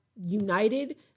united